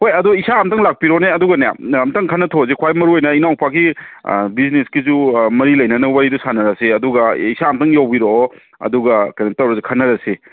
ꯍꯣꯏ ꯑꯗꯣ ꯏꯁꯥ ꯑꯝꯇꯪ ꯂꯥꯛꯄꯤꯔꯣꯅꯦ ꯑꯗꯨꯒꯅꯦ ꯑꯝꯇꯪ ꯈꯟꯅꯊꯣꯛꯑꯁꯤ ꯈ꯭ꯋꯥꯏ ꯃꯔꯨ ꯑꯣꯏꯅ ꯏꯅꯥꯎꯄꯥꯒꯤ ꯕꯤꯖꯤꯅꯦꯁꯀꯤꯁꯨ ꯃꯔꯤ ꯂꯩꯅꯅ ꯋꯥꯔꯤꯗꯣ ꯁꯥꯟꯅꯔꯁꯦ ꯑꯗꯨꯒ ꯏꯁꯥ ꯑꯝꯇꯪ ꯌꯧꯕꯤꯔꯛꯑꯣ ꯑꯗꯨꯒ ꯀꯩꯅꯣ ꯇꯧꯔꯁꯤ ꯈꯟꯅꯔꯁꯤ